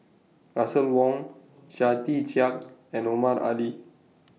Russel Wong Chia Tee Chiak and Omar Ali